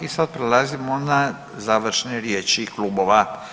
I sad prelazimo na završne riječi klubova.